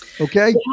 Okay